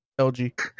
LG